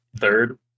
third